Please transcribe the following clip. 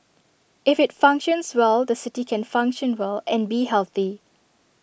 if IT functions well the city can function well and be healthy